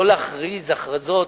לא להכריז הכרזות